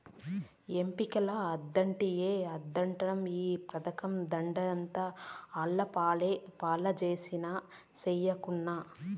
ఎంపీల అద్దుట్టమే అద్దుట్టం ఈ పథకం దుడ్డంతా ఆళ్లపాలే పంజేసినా, సెయ్యకున్నా